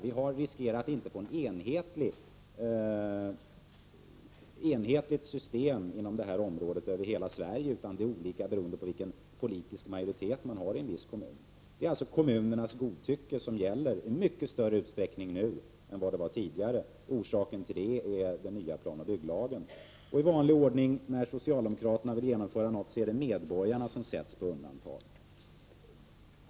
Vi riskerar att inte få ett enhetligt system över hela Sverige på detta område. Tillämpningen kommer att bero på den politiska majoriteten i olika kommuner. Det är alltså kommunernas godtycke som gäller i mycket större utsträckning nu än tidigare. Orsaken till det är den nya planoch bygglagen. När socialdemokraterna vill genomföra någonting blir det i vanlig ordning så att medborgarna sätts på undantag.